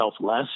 less